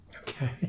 Okay